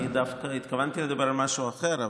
אני דווקא התכוונתי לדבר על משהו אחר,